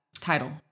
title